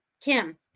Kim